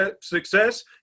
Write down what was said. success